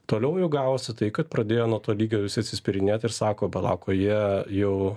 toliau jau gavosi tai kad pradėjo nuo to lygio visi atsispirinėt ir sako palauk o jie jau